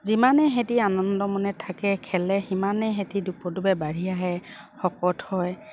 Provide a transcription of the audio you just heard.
যিমানেই সেহেঁতি আনন্দ মনে থাকে খেলে সিমানেই সেহেঁতি দোপতদোপে বাঢ়ি আহে শকত হয়